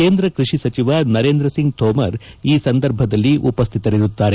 ಕೇಂದ್ರ ಕೃಷಿ ಸಚಿವ ನರೇಂದ್ರ ಸಿಂಗ್ ತೋಮರ್ ಈ ಸಂದರ್ಭದಲ್ಲಿ ಉಪಸ್ಥಿತರಿರುತ್ತಾರೆ